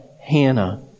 Hannah